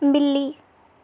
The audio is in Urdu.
بلی